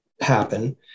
happen